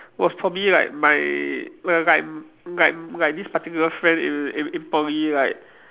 was probably like my like like like like like this particular friend in in in Poly like